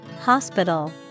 hospital